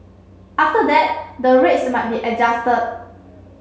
after that the rates might be adjusted